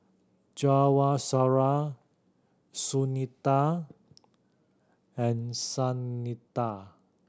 Jawaharlal Sunita and Santha